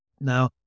Now